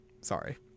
Sorry